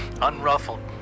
unruffled